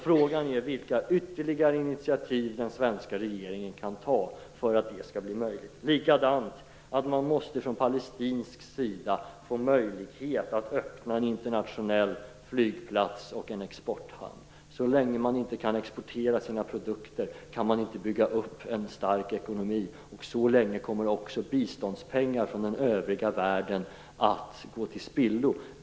Frågan är vilka ytterligare initiativ den svenska regeringen kan ta för att det skall bli möjligt. Likadant måste man från palestinsk sida få möjlighet att öppna en internationell flygplats och en exporthamn. Så länge man inte kan exportera sina produkter kan man inte bygga upp en stark ekonomi, och så länge kommer också biståndspengar från den övriga världen att gå till spillo.